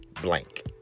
blank